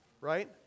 right